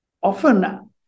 often